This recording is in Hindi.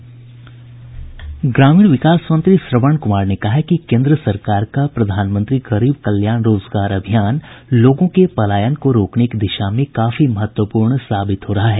ग्रामीण विकास मंत्री श्रवण कुमार ने कहा है कि केन्द्र सरकार का प्रधानमंत्री गरीब कल्याण रोजगार अभियान लोगों के पलायन को रोकने की दिशा में काफी महत्वपूर्ण साबित हो रहा है